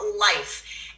life